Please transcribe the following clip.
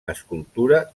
escultura